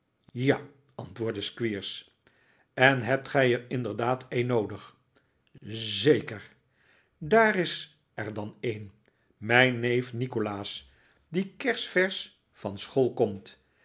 ja antwoordde squeers en hebt gij er inderdaad een noodig zeker daar is er dan een mijn neef nikolaas die kersversch van school komt